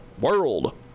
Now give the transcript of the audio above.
world